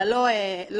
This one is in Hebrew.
אבל לא מסיבי,